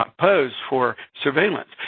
pose for surveillance.